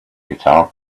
guitar